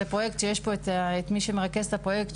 יש פה את מי שמרכז את הפרויקט,